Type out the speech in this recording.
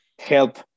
help